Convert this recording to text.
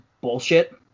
bullshit